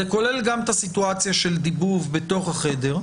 זה כולל גם את הסיטואציה של דיבוב בתוך החדר,